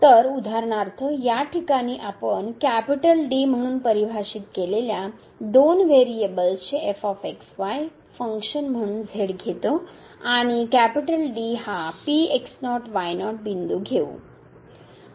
तर उदाहरणार्थ या ठिकाणी आपण D म्हणून परिभाषित केलेल्या दोन व्हेरिएबल्सचे फंक्शन म्हणून z घेतो आणि D हा P बिंदू घेऊ